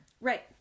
Right